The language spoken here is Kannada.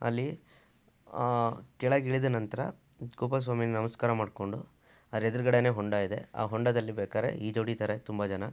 ಅಲ್ಲಿ ಕೆಳಗಿಳಿದ ನಂತರ ಗೋಪಾಲ ಸ್ವಾಮಿಗೆ ನಮಸ್ಕಾರ ಮಾಡ್ಕೊಂಡು ಅವ್ರ ಎದ್ರುಗಡೆಯೇ ಹೊಂಡ ಇದೆ ಆ ಹೊಂಡದಲ್ಲಿ ಬೇಕಾರೆ ಈಜೊಡಿತಾರೆ ತುಂಬ ಜನ